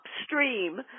upstream